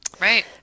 right